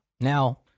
Now